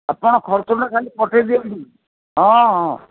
ଆପଣ ଖର୍ଚ୍ଚଟା ଖାଲି ପଠେଇ ଦିଅନ୍ତୁ ହଁ ହଁ